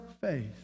faith